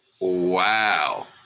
Wow